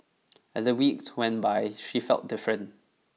as the weeks went by she felt different